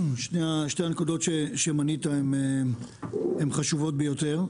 שתי הנקודות שמנית הן חשובות ביותר.